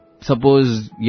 suppose